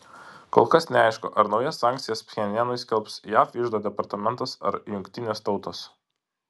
kol kas neaišku ar naujas sankcijas pchenjanui skelbs jav iždo departamentas ar jungtinės tautos